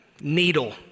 needle